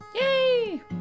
Yay